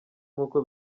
nkuko